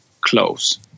close